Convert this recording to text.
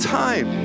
time